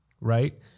right